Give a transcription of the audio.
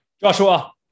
joshua